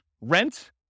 rent